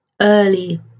early